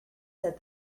said